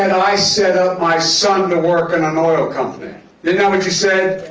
i said my son to work in an oil company what to say,